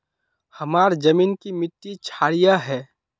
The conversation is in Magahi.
हमार जमीन की मिट्टी क्षारीय है?